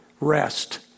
rest